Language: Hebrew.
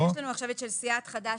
לא, יש לנו עכשיו את של סיעת חד"ש-תע"ל.